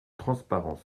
transparence